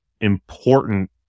important